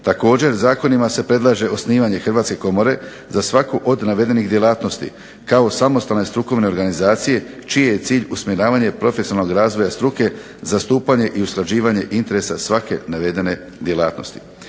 Također zakonima se predlaže osnivanje hrvatske komore za svaku od navedenih djelatnosti, kao samostalne strukovne organizacije, čiji je cilj usmjeravanje profesionalnog razvoja struke, zastupanje i usklađivanje interesa svake navedene djelatnosti.